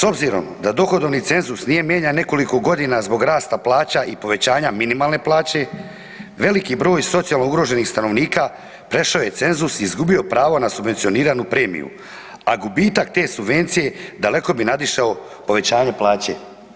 S obzirom da dohodovni cenzus nije mijenjan nekoliko godina zbog rasta plaća i povećanja minimalne plaće, veliki broj socijalno ugroženih stanovnika prešao je cenzus i izgubio pravo na subvencioniranu premiju, a gubitak te subvencije daleko bi nadišao povećanje plaće.